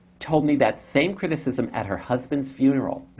told me that same criticism at her husband's funeral.